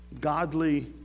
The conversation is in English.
Godly